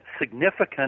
Significant